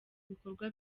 ibikorwa